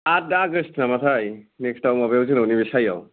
आट आगष्ट' नामाथाय नेक्सयाव माबायाव जोंनाव नैबे साइयाव